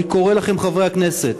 אני קורא לכם, חברי הכנסת,